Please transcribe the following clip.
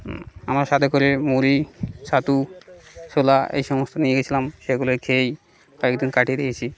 আমার সাথে করে মুড়ি ছাতু ছোলা এই সমস্ত নিয়ে গেছিলাম সেগুলো খেয়েই কয়েক দিন কাটিয়ে দিয়েছি